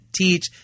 teach